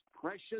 precious